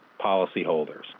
policyholders